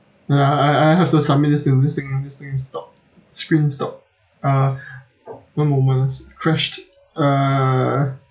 ya I I I have to submit this thing this thing this thing is stop screen stop uh one moment ah it's crashed uh